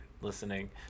listening